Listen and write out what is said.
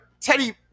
Teddy